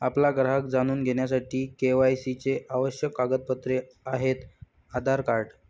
आपला ग्राहक जाणून घेण्यासाठी के.वाय.सी चे आवश्यक कागदपत्रे आहेत आधार कार्ड